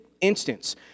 instance